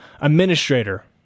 administrator